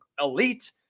elite